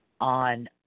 On